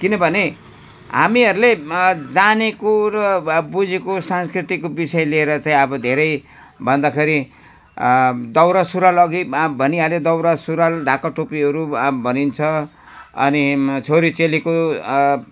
किनभने हामीहरूले जानेको र बुझेको सांस्कृतिक विषय लिएर चाहिँ अब धेरै भन्दाखेरि दौरासुरुवाल अघि भनिहालेँ दौरासुरुवाल ढाका टोपीहरू अब भनिन्छ अनि छोरीचेलीको